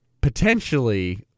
potentially